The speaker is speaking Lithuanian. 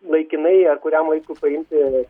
laikinai ar kuriam laikui paimti